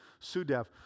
Sudev